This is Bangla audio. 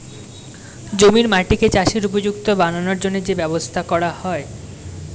জমির মাটিকে চাষের উপযুক্ত বানানোর জন্যে যে ব্যবস্থা করা হয়